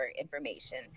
information